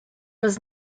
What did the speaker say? was